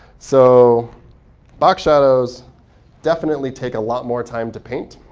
so box shadows definitely take a lot more time to paint.